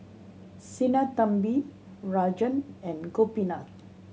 Sinnathamby Rajan and Gopinath